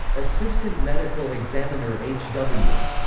assistant medical examiner h w.